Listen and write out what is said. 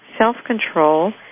self-control